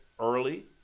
early